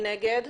נגד?